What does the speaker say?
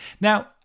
Now